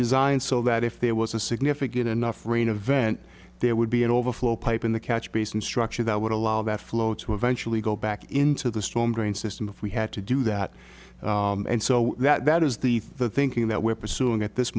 designed so that if there was a significant enough rain event there would be an overflow pipe in the catch basin structure that would allow that flow to eventually go back into the storm drain system if we had to do that and so that is the thinking that we're pursuing at this